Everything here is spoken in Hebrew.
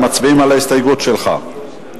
מצביעים על ההסתייגות שלך.